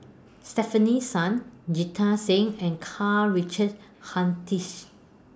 Stefanie Sun Jita Singh and Karl Richard Hanitsch